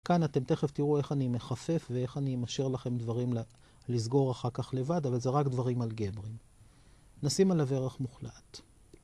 כאן אתם תכף תראו איך אני מחפף ואיך אני אשאיר לכם דברים לסגור אחר כך לבד, אבל זה רק דברים אלגבריים. נשים עליו ערך מוחלט.